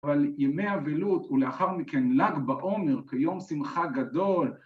אבל ימי אבילות ולאחר מכן לג בעומר כיום שמחה גדול